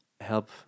help